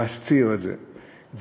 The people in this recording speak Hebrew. להסתיר את זה,